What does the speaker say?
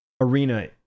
arena